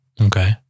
Okay